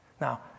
Now